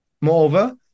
Moreover